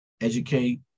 educate